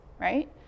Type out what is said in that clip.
right